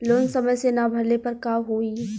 Loan समय से ना भरले पर का होयी?